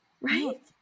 right